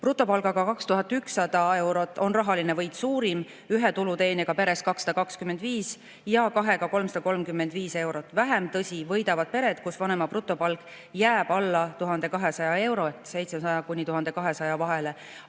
Brutopalgaga 2100 eurot on rahaline võit suurim, ühe tuluteenijaga peres 225 ja kahega 335 eurot. Vähem, tõsi, võidavad pered, kus vanema brutopalk jääb alla 1200 euro ehk 700 ja 1200 vahele,